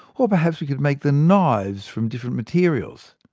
or perhaps we could make the knives from different materials?